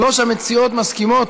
שלוש המציעות מסכימות?